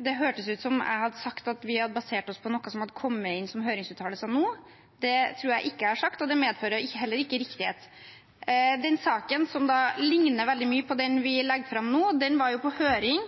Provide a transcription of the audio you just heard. Det hørtes ut som jeg hadde sagt at vi hadde basert oss på noe som hadde kommet inn som høringsuttalelser nå. Det tror jeg ikke jeg har sagt, og det medfører heller ikke riktighet. Saken som ligner veldig mye på den